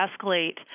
escalate